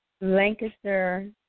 Lancaster